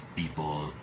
people